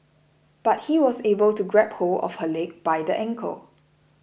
but he was able to grab hold of her leg by the ankle